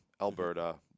Alberta